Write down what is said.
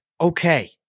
okay